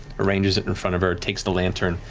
arranges it in front of her, takes the lantern,